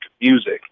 music